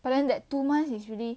but then that two months is really